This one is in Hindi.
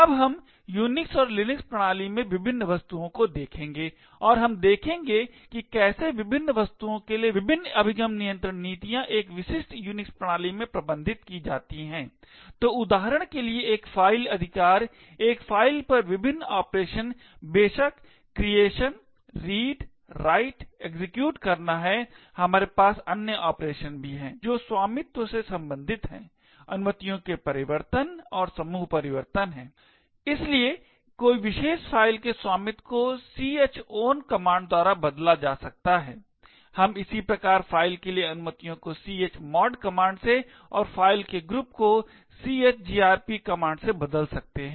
अब हम यूनिक्स और लिनक्स प्रणाली में विभिन्न वस्तुओं को देखेंगे और हम देखेंगे कि कैसे विभिन्न वस्तुओं के लिए विभिन्न अभिगम नियंत्रण नीतियां एक विशिष्ट यूनिक्स प्रणाली में प्रबंधित की जाती हैं तो उदाहरण के लिए एक फ़ाइल अधिकार एक फ़ाइल पर विभिन्न ऑपरेशन बेशक creation read write execute करना है हमारे पास अन्य ऑपरेशन भी हैं जो स्वामित्व से संबंधित हैं अनुमतियों के परिवर्तन और समूह परिवर्तन हैं इसलिए कोई विशेष फ़ाइल के स्वामित्व को chown कमांड द्वारा बदल सकता है हम इसी प्रकार फाइल के लिए अनुमतियों को chmod कमांड से और फाइल के ग्रुप को chgrp कमांड से बदल सकते हैं